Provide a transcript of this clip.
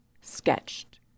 sketched